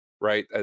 Right